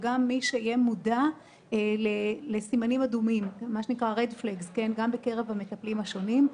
אלא גם מי שיהיה מודע לדגלים אדומים בקרב המטפלים השונים.